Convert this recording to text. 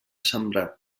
sembrar